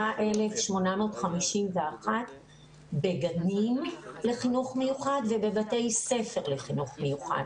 53,851 בגנים לחינוך מיוחד ובבתי ספר לחינוך מיוחד.